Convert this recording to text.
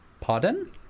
pardon